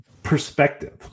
perspective